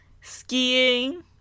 skiing